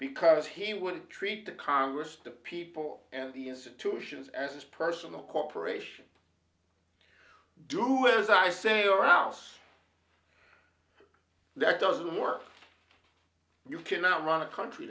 because he would treat the congress the people and the institutions as his personal corporation do as i say or else that doesn't work you cannot run a country